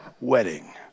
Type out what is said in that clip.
wedding